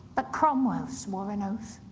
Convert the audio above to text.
but cromwell swore an oath,